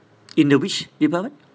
in the which department